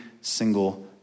single